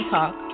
Talk